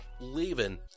leaving